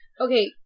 Okay